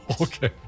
Okay